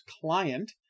client